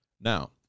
Now